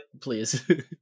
please